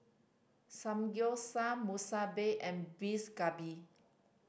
Samgyeopsal Monsunabe and Beef Galbi